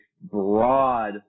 broad